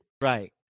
Right